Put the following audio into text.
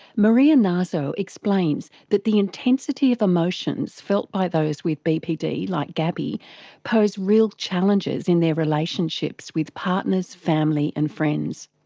maria naso explains that the intensity of emotions felt by those with bpd like gabby pose real challenges in their relationships with partners, family and friends.